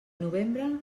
novembre